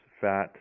fat